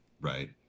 Right